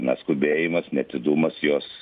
na skubėjimas neatidumas jos